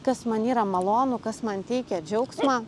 kas man yra malonu kas man teikia džiaugsmą